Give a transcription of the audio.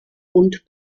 und